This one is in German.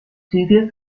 züge